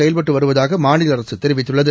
செயல்பட்டு வருவதாக மாநில அரசு தெரிவித்துள்ளது